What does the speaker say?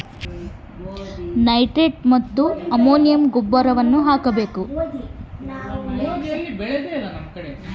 ನನ್ನ ಮಣ್ಣಿನಲ್ಲಿ ಸಾರಜನಕದ ಕೊರತೆ ಇದ್ದರೆ ಯಾವ ಗೊಬ್ಬರ ಹಾಕಬೇಕು?